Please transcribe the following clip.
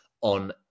on